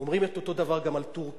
אומרים את אותו דבר גם על טורקיה.